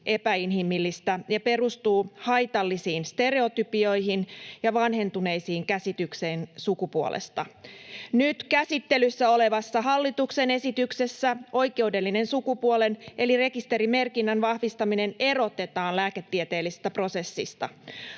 epäinhimillistä ja perustuu haitallisiin stereotypioihin ja vanhentuneisiin käsityksiin sukupuolesta. [Sari Tanuksen välihuuto] Nyt käsittelyssä olevassa hallituksen esityksessä oikeudellisen sukupuolen eli rekisterimerkinnän vahvistaminen erotetaan lääketieteellistä prosessista.